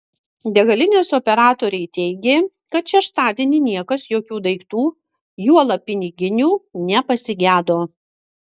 degalinės operatoriai teigė kad šeštadienį niekas jokių daiktų juolab piniginių nepasigedo